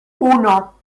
uno